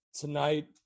tonight